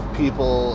people